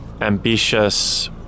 ambitious